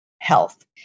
health